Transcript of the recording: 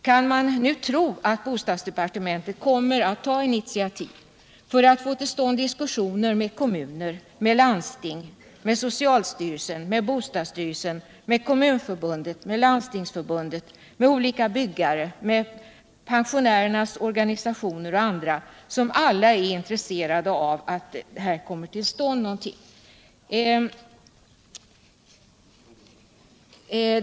Kan man nu tro att bostadsdepartementet kommer att ta inititativ för att få till stånd diskussioner med kommuner, med landsting, med socialstyrelsen, med bostadsstyrelsen, med Kommunförbundet, med Landstingsförbundet, med olika byggare, med pensionärernas organisationer och andra som alla är intresserade av att det här kommer till stånd någonting?